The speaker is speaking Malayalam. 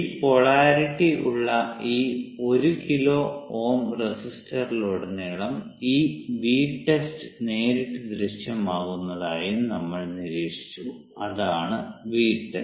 ഈ പോളാരിറ്റി ഉള്ള ഈ 1 കിലോ Ω റെസിസ്റ്ററിലുടനീളം ഈ Vtest നേരിട്ട് ദൃശ്യമാകുന്നതായും നമ്മൾ നിരീക്ഷിച്ചു അതാണ് Vtest